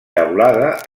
teulada